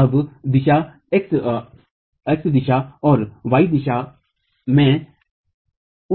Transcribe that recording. अब x दिशा और y दिशा में